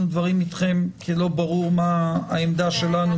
ודברים אתכם כי לא ברור מה העמדה שלנו,